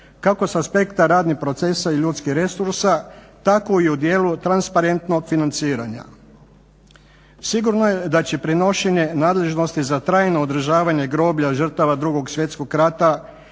kako s aspekta radnih procesa i ljudskih resursa tako i u dijelu transparentnog financiranja. Sigurno je da će prenošenje nadležnosti za trajno održavanje groblja žrtava 2. svjetskog rata